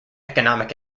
economic